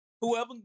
Whoever